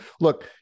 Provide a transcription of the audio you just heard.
Look